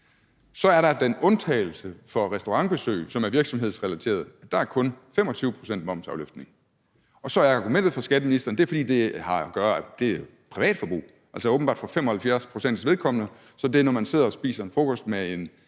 Så er der den undtagelse for restaurantbesøg, som er virksomhedsrelaterede. Der er kun 25 pct. momsafløftning. Så er argumentet fra skatteministeren, at det er, fordi det er privat forbrug. Åbenbart er det for 75 pct.s vedkommende, når man sidder og spiser frokost med en